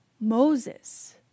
Moses